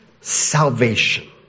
salvation